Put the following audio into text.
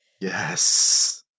Yes